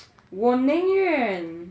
我宁愿